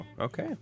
okay